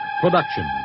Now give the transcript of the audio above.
production